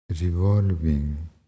revolving